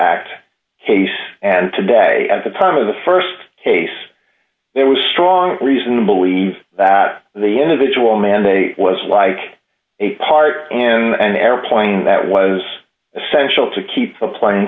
act and today at the time of the st case there was strong reason to believe that the individual mandate was like a part in an airplane that was essential to keep the plane